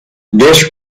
this